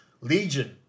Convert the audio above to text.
Legion